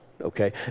okay